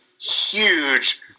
huge